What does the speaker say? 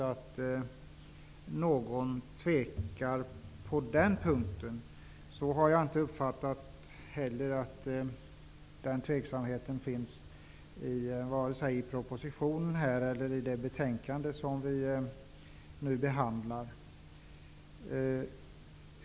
Men jag har inte uppfattat någon sådan tveksamhet vare sig i propositionen eller i det betänkande som vi nu behandlar.